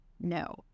no